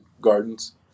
gardens